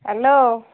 hello